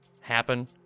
happen